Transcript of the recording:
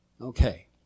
Okay